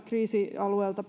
kriisialueelta